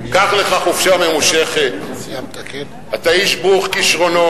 קח לך חופשה ממושכת, אתה איש ברוך-כשרונות,